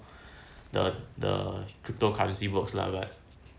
the the cryptocurrency works lah but